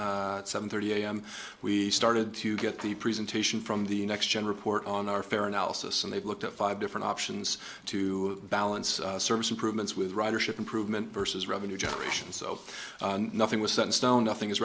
at seven thirty am we started to get the presentation from the next gen report on our fair analysis and they've looked at five different options to balance service improvements with ridership improvement versus revenue generation so nothing was set in stone nothing